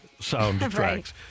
soundtracks